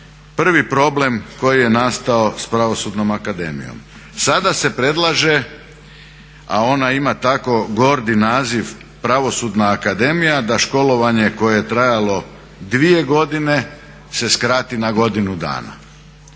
prvi problem koji je nastavo s Pravosudnom akademijom. Sada se predlaže, a ona ima tako gordi naziv Pravosudna akademija da školovanje koje je trajalo dvije godine se skrati na godinu dana,